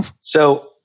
So-